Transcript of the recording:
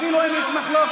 אפילו אם יש מחלוקת,